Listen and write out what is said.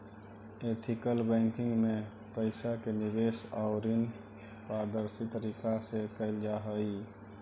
ethical banking में पइसा के निवेश आउ ऋण पारदर्शी तरीका से कैल जा हइ